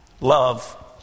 love